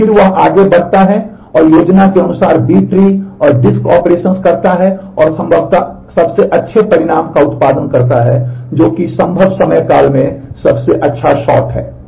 और फिर वह आगे बढ़ता है और योजना के अनुसार बी ट्री है